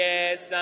Yes